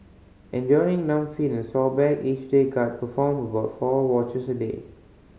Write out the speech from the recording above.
enduring numb feet and sore back each guard performed about four watches a day